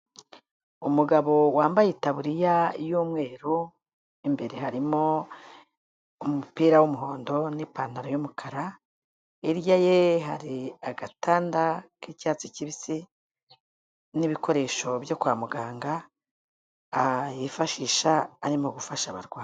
Umugabo wambaye itaburiya y'umweru, imbere harimo umupira w'umuhondo n'ipantaro y'umukara, hirya ye hari agatanda k'icyatsi kibisi n'ibikoresho byo kwa muganga yifashisha arimo gufasha abarwayi.